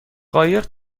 قایق